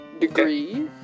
degree